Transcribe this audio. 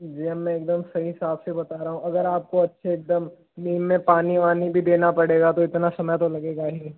जी अब मैं एकदम सही हिसाब से बता रहा हूँ अगर आपको अच्छे एकदम नींव में पानी वानी भी देना पड़ेगा तो इतना समय तो लगेगा ही